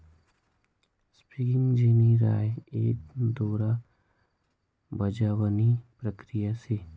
spinning jenny राय एक दोरा बजावणी प्रक्रिया शे